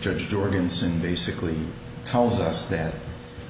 judge jorgensen basically tells us that